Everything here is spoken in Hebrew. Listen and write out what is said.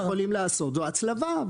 הם יכולים לעשות הצלבה.